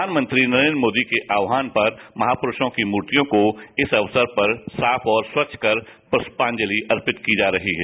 प्रधानमंत्री नरेंद्र मोदी के आहान पर महापुरुयों की मूर्तियों को इस अवसर पर साफ और स्वच्छ कर पृष्पांजलि अर्पित की जा रही है